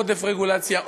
עודף רגולציה,